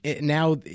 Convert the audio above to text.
now